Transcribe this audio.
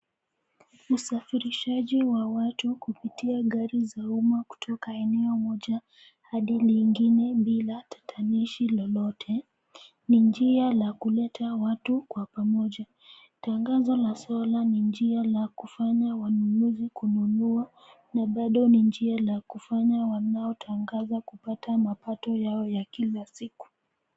Usafirishaji wa watu kupitia gari za umma kutoka eneo moja hadi lingine bila tatanishi lolote, ni njia la kuleta watu kwa pamoja. Tangazo la sola ni njia la kufanya wanunuzi kununua na bado ni njia la kufanya wanaotangaza kupata mapato yao ya kila siku.